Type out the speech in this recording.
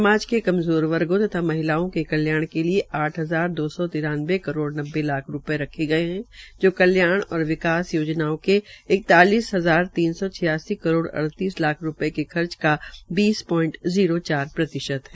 समाज के कमजोर वर्गो तथा महिलाओं के कल्याण के लिये आठ हजार दो सौ निरानवे करोड़ नब्बे लाख रूपये रखे गये है जो कल्याण और विकास योजनाओं के इक्तालिस हजार तीन सौ छियासी करोड़ अड़तीस लाख रूपये के खर्च का बीस दशमलव जीरों चार प्रतिशत है